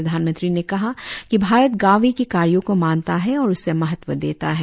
प्रधानमंत्री ने कहा कि भारत गावी के कार्यों को मानता है और उसे महत्व देता है